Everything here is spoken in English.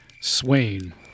Swain